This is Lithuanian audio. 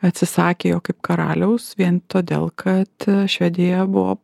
atsisakė jo kaip karaliaus vien todėl kad švedija buvo